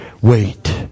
Wait